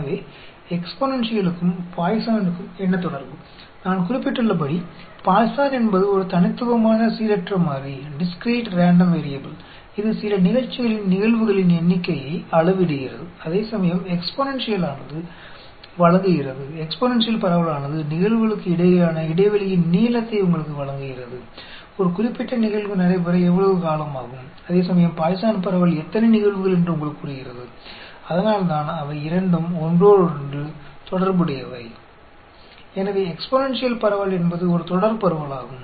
तो एक्सपोनेंशियल और पॉइसन के बीच क्या संबंध है जैसा कि मैंने उल्लेख किया है पॉइसन एक डिस्क्रीट रैंडम वेरिएबल है जो किसी घटना की घटनाओं की संख्या को मापता है जबकि एक्सपोनेंशियल देता है एक्सपोनेंशियल डिस्ट्रीब्यूशन आपको घटनाओं के बीच अंतराल की लंबाई देता है किसी विशेष कार्यक्रम को होने में कितना समय लगेगा जबकि पॉइसन डिस्ट्रीब्यूशन आपको बताता है कि कितनी घटनाएं यही कारण है कि एक्सपोनेंशियल और पॉइसन दोनों परस्पर संबंधित हैं